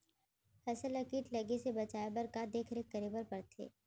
फसल ला किट लगे से बचाए बर, का का देखरेख करे बर परथे?